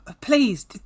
Please